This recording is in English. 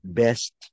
best